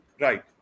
Right